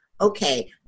okay